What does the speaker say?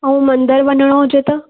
मंदर वञिणो हुजे त